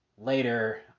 later